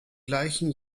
gleichen